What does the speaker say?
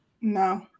No